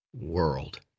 world